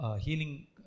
healing